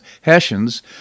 Hessians